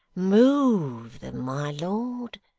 move them, my lord!